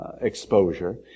Exposure